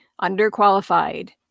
underqualified